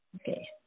Okay